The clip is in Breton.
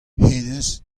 hennezh